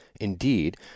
Indeed